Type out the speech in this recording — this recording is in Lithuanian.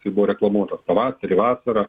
kai buvo reklamuotas pavasarį vasarą